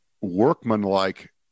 workmanlike